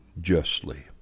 justly